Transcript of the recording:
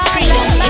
Freedom